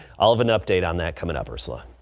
all of an update on that coming up or so ah